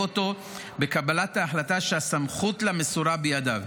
אותו בקבלת ההחלטה שהסמכות לה מסורה בידיו.